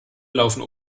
laufen